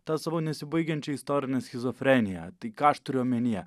tą savo nesibaigiančią istorinę schizofreniją tai ką aš turiu omenyje